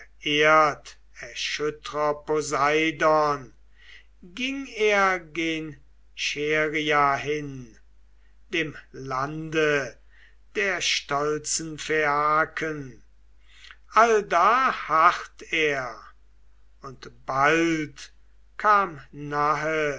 poseidon ging er gen scheria hin dem lande der stolzen phaiaken allda harrt er und bald kam